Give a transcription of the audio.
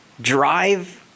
drive